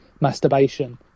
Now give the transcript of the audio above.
masturbation